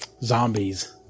zombies